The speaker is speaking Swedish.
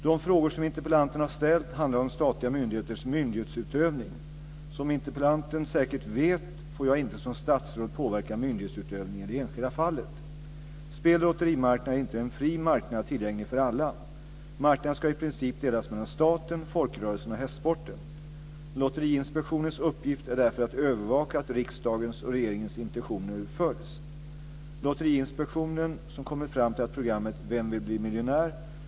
De frågor som interpellanten har ställt handlar om statliga myndigheters myndighetsutövning. Som interpellanten säkert vet får jag inte som statsråd påverka myndighetsutövningen i det enskilda fallet. Spel och lotterimarknaden är inte en fri marknad tillgänglig för alla. Marknaden ska i princip delas mellan staten, folkrörelserna och hästsporten. Lotteriinspektionens uppgift är därför att övervaka att riksdagens och regeringens intentioner följs. Lotteriinspektionen, som kommit fram till att programmet "Vem vill bli miljonär?"